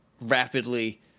rapidly